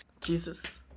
Jesus